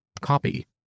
copy